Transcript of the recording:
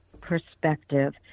perspective